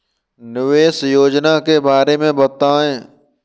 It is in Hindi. निवेश योजना के बारे में बताएँ?